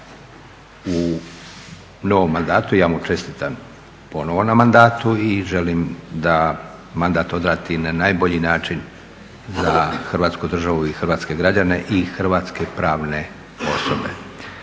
u novom mandatu, ja mu čestitam ponovo na mandatu i želim da mandat odradi na najbolji način za Hrvatsku državu i hrvatske građane i hrvatske pravne osobe.